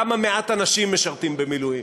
כמה מעט אנשים משרתים במילואים,